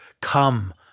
Come